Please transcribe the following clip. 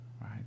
right